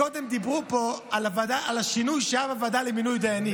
קודם דיברו פה על השינוי שהיה בוועדה למינוי דיינים,